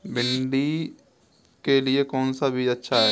भिंडी के लिए कौन सा बीज अच्छा होता है?